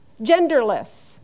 genderless